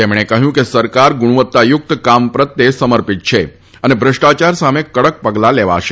તેમણે કહ્યું કે સરકાર ગુણવત્તા યુક્ત કામ પ્રત્યે સમર્પિત છે અને ભ્રષ્ટાયાર સામે કડક પગલાં લેવાશે